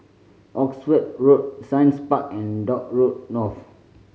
Oxford Road Science Park and Dock Road North